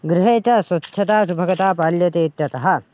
गृहे च स्वच्छता सुभगता पाल्यते इत्यतः